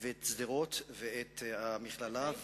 ואת שדרות ואת המכללה,